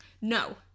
No